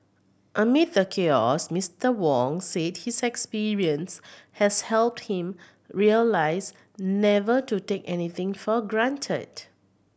amid the chaos Mister Wong said his experience has helped him realise never to take anything for granted